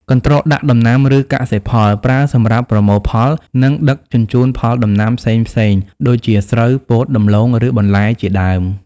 កន្ត្រកដាក់ដំណាំ ឬកសិផល ប្រើសម្រាប់ប្រមូលផល និងដឹកជញ្ជូនផលដំណាំផ្សេងៗ ដូចជាស្រូវ ពោត ដំឡូង ឬបន្លែជាដើម។